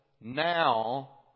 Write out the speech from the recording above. now